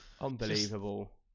Unbelievable